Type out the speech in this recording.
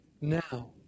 now